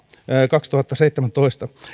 kaksituhattaseitsemäntoista